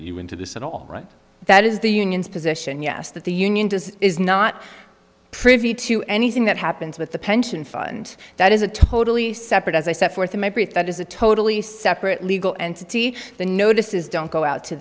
you into this at all that is the union's position yes that the union does is not privy to anything that happens with the pension fund that is a totally separate as i set forth in my brief that is a totally separate legal entity the notices don't go out to